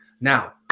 Now